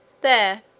There